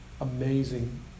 amazing